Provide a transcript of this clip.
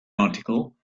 article